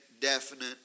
definite